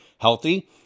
healthy